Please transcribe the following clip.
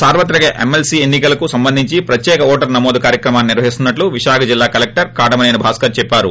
సార్వత్రిక ఎమ్మెల్సీ ఎన్నికలకు సంబంధించి ప్రత్యేక ఓటరు నమోదు కార్యక్రమాన్ని రానును నిర్వహిస్తున్నట్టు విశాఖ జిల్లా కలెక్టర్ కాటమనేని భాస్కర్ చెప్పారు